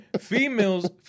Females